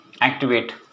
activate